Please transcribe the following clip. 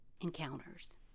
encounters